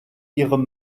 ihre